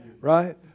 Right